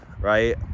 right